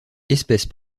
espèce